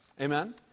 Amen